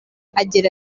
agira